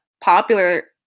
popular